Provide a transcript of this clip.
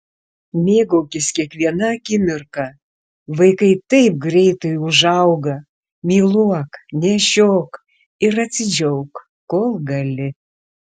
mėgaukis kiekviena akimirka vaikai taip greitai užauga myluok nešiok ir atsidžiauk kol gali